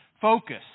Focus